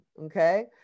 Okay